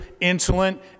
insolent